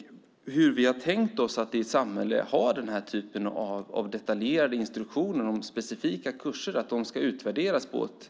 Vidare frågar man sig hur vi tänkt oss att i samhället ha den här typen av detaljerade instruktioner om specifika kurser, om att de ska utvärderas på ett